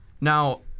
Now